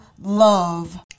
love